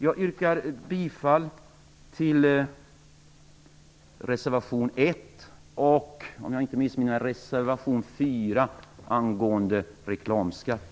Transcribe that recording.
Jag yrkar bifall till reservationerna 1